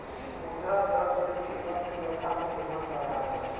मुद्रा दर देश के अर्थव्यवस्था पर निर्भर करा हई